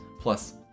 plus